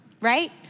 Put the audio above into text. Right